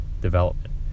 development